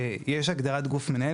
יש הגדרת גוף מנהל.